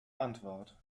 antwort